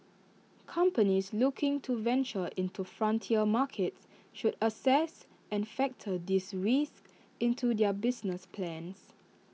companies looking to venture into frontier markets should assess and factor these risks into their business plans